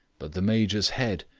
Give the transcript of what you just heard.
but the major's head,